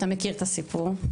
אתה מכיר את הסיפור,